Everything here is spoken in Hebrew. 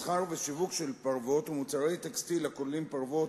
מסחר ושיווק של פרוות ומוצרי טקסטיל הכוללים פרוות